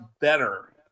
better